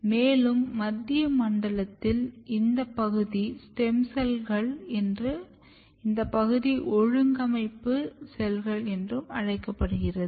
மேலும் மத்திய மண்டலத்தில் இந்த பகுதி ஸ்டெம் செல்கள் என்றும் இந்த பகுதி ஒழுங்கமைக்கும் செல்கள் என்றும் அழைக்கப்படுகிறது